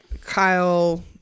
Kyle